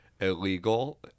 illegal